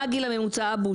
מה הגיל הממוצע אבו?